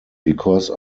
because